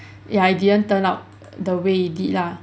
ya it didn't turn out the way it did lah